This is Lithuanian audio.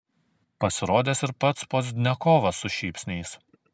pasirodęs ir pats pozdniakovas su šypsniais